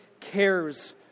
cares